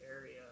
area